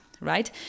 Right